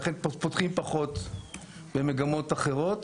ולכן פותחים פחות במגמות אחרות.